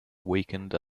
weakened